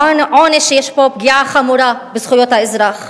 עונש שיש בו פגיעה חמורה בזכויות האזרח.